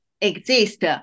exist